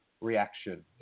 reaction